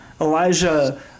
Elijah